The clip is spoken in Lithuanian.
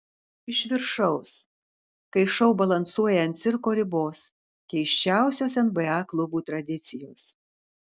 iš viršaus kai šou balansuoja ant cirko ribos keisčiausios nba klubų tradicijos